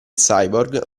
cyborg